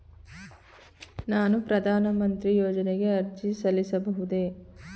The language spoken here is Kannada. ನಾನು ಪ್ರಧಾನ ಮಂತ್ರಿ ಯೋಜನೆಗೆ ಅರ್ಜಿ ಸಲ್ಲಿಸಬಹುದೇ?